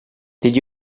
did